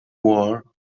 war